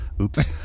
oops